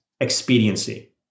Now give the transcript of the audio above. expediency